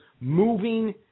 moving